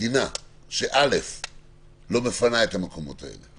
מדינה שלא מפנה את המקומות האלה,